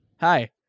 Hi